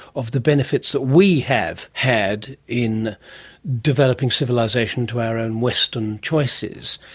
of the benefits that we have had in developing civilisation to our own western choices.